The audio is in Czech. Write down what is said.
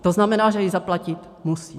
To znamená, že ji zaplatit musí.